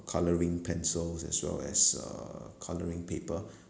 colouring pencils as well as uh colouring paper